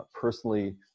personally